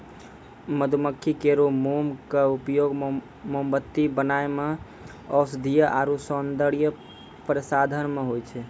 मधुमक्खी केरो मोम क उपयोग मोमबत्ती बनाय म औषधीय आरु सौंदर्य प्रसाधन म होय छै